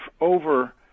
over